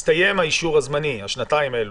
הסתיים האישור הזמני, השנתיים האלה.